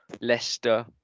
Leicester